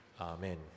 Amen